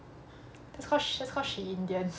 that's cause that's cause she's indian